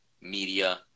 media